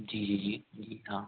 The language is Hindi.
जी जी जी जी हाँ